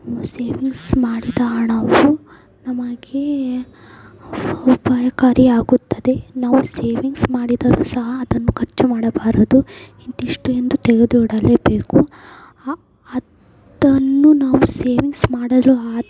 savings ಮಾಡಿದ ಹಣವು ನಮಗೆ ಉಪಾಯಕಾರಿ ಆಗುತ್ತದೆ ನಾವು ಸೇವಿಂಗ್ಸ್ ಮಾಡಿದರು ಸಹ ಅದನ್ನು ಖರ್ಚು ಮಾಡಬಾರದು ಇಂತಿಷ್ಟು ಎಂದು ತೆಗೆದಿಡಲೇ ಬೇಕು ಅದನ್ನು ನಾವು ಸೇವಿಂಗ್ಸ್ ಮಾಡಲು ಆದ